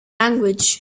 language